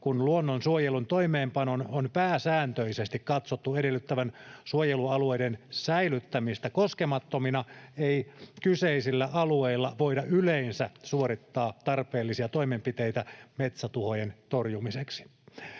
kun luonnonsuojelun toimeenpanon on pääsääntöisesti katsottu edellyttävän suojelualueiden säilyttämistä koskemattomina, ei kyseisillä alueilla voida yleensä suorittaa tarpeellisia toimenpiteitä metsätuhojen torjumiseksi.